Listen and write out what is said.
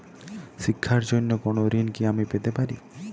শিক্ষার জন্য কোনো ঋণ কি আমি পেতে পারি?